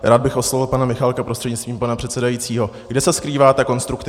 Rád bych oslovil pana Michálka prostřednictvím pana předsedajícího: Kde se skrývá ta konstruktivita?